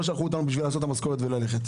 לא שלחו אותנו בשביל לעשות את המשכורת וללכת.